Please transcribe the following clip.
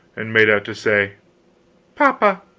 and made out to say papa.